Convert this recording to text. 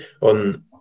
on